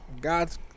God's